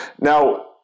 Now